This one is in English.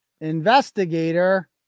investigator